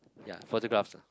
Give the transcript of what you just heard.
ya photographs